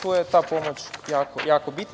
Tu je ta pomoć jako bitna.